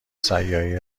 سیارهای